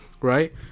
right